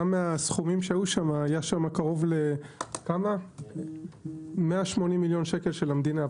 גם מהסכומים שהיו שם היה קרוב ל-180 מיליון שקל של המדינה.